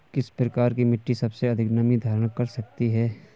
किस प्रकार की मिट्टी सबसे अधिक नमी धारण कर सकती है?